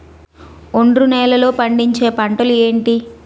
ఒండ్రు నేలలో పండించే పంటలు ఏంటి?